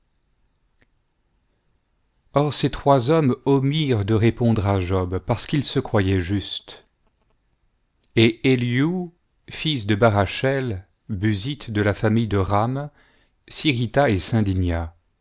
or ces trois hommes omirent de répondre à job parce qu'il se croyait juste et eliu fils de barachel buzite de la famille de ram s'irrita et s'indigna